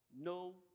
No